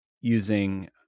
using